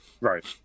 right